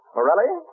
Morelli